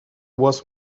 was